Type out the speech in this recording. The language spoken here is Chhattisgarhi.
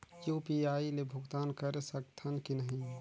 यू.पी.आई ले भुगतान करे सकथन कि नहीं?